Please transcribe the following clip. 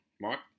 Mark